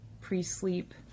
pre-sleep